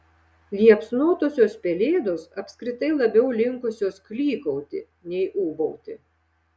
liepsnotosios pelėdos apskritai labiau linkusios klykauti nei ūbauti